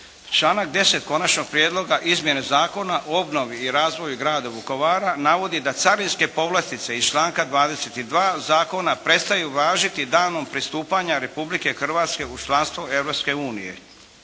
Članak 10. Konačnog prijedloga izmjene zakona o obnovi i razvoju grada Vukovara navodi da carinske povlastice iz članka 22. zakona prestaju važiti danom pristupanja Republike Hrvatske u članstvo